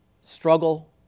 struggle